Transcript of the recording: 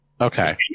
okay